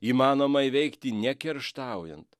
įmanoma įveikti ne kerštaujant